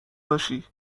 باشی